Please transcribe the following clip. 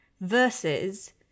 versus